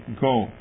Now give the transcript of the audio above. go